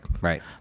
right